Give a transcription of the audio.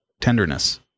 tenderness